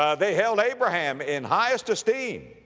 ah they held abraham in highest esteem,